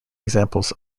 examples